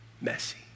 messy